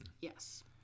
yes